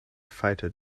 fighter